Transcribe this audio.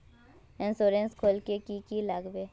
Insurance खोले की की लगाबे?